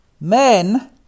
Men